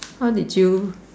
how did you